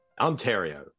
Ontario